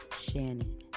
shannon